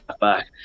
back